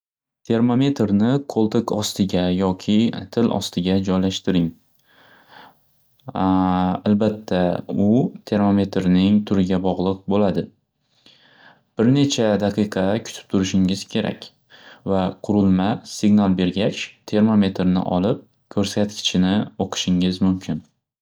Termametrni qo'ltiq ostiga yoki til ostiga joylashtiring albatta u termometrning turiga bog'liq bo'ladi. Bir necha daqiqa kutub turishingiz kerak va qurilma signal bergach termometrni olib ko'rsatkichini o'qishingiz mukin.